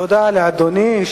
תודה לאדוני,